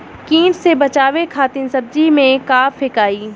कीट से बचावे खातिन सब्जी में का फेकाई?